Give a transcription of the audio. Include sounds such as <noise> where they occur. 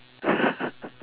<breath>